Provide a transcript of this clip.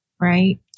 Right